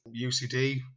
UCD